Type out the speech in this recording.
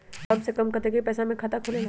कम से कम कतेइक पैसा में खाता खुलेला?